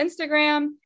Instagram